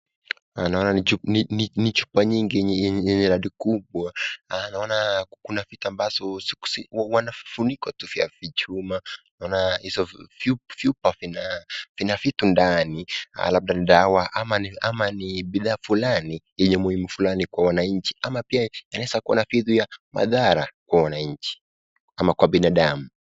Naona ni chupa nyingi yenye radi kubwa. Naona kuna vitu ambazo vifunikwa tu vya vichuma. Naona hizo chupa vina vitu ndani. Labda ni dawa ama ni bidhaa fulani yenye umuhimu fulani kwa wananchi. Ama pia yanaweza kuwa na madhara kwa wananchi ama kwa binadamu.